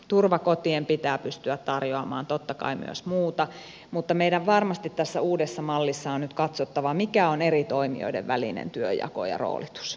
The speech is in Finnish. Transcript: turvakotien pitää pystyä tarjoamaan totta kai myös muuta mutta meidän varmasti tässä uudessa mallissa on nyt katsottava mikä on eri toimijoiden välinen työnjako ja roolitus